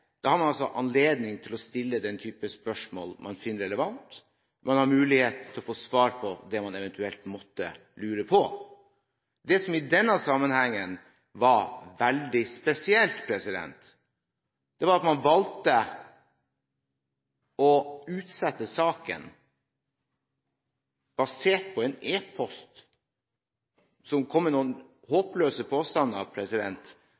Da har man anledning til å stille den type spørsmål man finner relevant. Man har mulighet til å få svar på det man eventuelt måtte lure på. Det som i denne sammenhengen var veldig spesielt, var at man valgte å utsette saken på grunn av en e-post fra en ikke ukjent miljøorganisasjon ved dets leder, som kom med noen